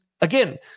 again